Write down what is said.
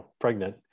pregnant